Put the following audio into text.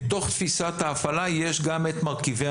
בתוך תפיסת ההפעלה יש גם את מרכיבי